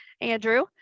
Andrew